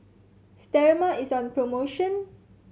Sterimar is on promotion